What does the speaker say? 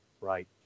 right